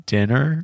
Dinner